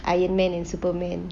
iron man and superman